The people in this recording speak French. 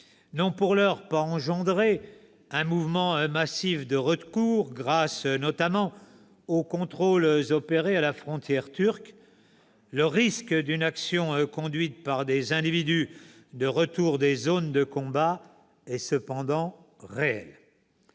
n'ont pour l'heure provoqué aucun mouvement massif de retours, grâce notamment aux contrôles opérés à la frontière turque, le risque d'une action conduite par des individus de retour des zones de combat est cependant réel.